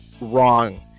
wrong